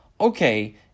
okay